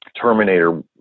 Terminator